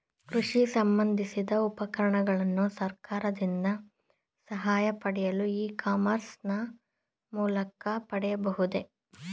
ಕೃಷಿ ಸಂಬಂದಿಸಿದ ಉಪಕರಣಗಳನ್ನು ಸರ್ಕಾರದಿಂದ ಸಹಾಯ ಪಡೆಯಲು ಇ ಕಾಮರ್ಸ್ ನ ಮೂಲಕ ಪಡೆಯಬಹುದೇ?